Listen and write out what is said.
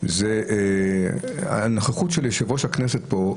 זה הנוכחות של יו"ר הכנסת פה.